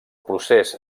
procés